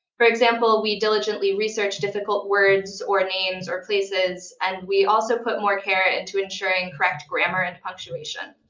for example, we diligently research difficult words or names or places, and we also put more care into ensuring correct grammar and punctuation.